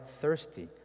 thirsty